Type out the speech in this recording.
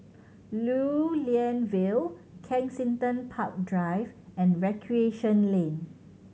Lew Lian Vale Kensington Park Drive and Recreation Lane